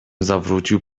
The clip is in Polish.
zawrócił